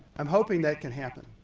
i'm hoping that can happen.